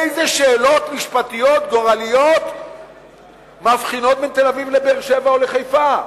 איזה שאלות משפטיות גורליות מבחינות בין תל-אביב לבאר-שבע או לחיפה?